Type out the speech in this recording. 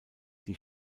die